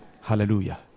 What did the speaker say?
Hallelujah